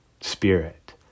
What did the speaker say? Spirit